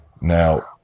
Now